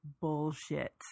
bullshit